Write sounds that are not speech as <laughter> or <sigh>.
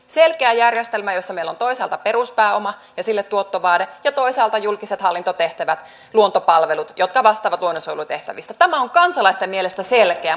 <unintelligible> selkeällä järjestelmällä jossa meillä on toisaalta peruspääoma ja sille tuottovaade ja toisaalta julkiset hallintotehtävät luontopalvelut jotka vastaavat luonnonsuojelutehtävistä tämä on kansalaisten mielestä selkeää